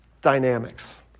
dynamics